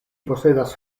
posedas